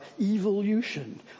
evolution